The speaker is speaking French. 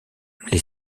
les